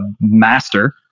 master